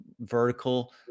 vertical